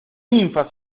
ninfa